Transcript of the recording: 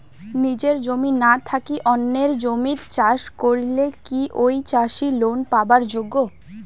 নিজের জমি না থাকি অন্যের জমিত চাষ করিলে কি ঐ চাষী লোন পাবার যোগ্য?